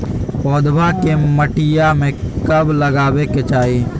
पौधवा के मटिया में कब लगाबे के चाही?